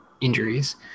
injuries